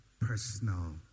personal